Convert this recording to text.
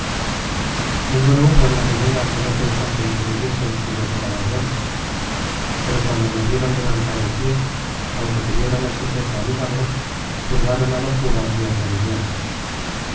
ninguno hubo en la ribera que no pensase y creyese que yo quedaba muerto pero cuando me vieron levantar en pié aunque tuvieron el suceso á milagro juzgaron a locura mi atrevimiento